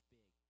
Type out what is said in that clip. big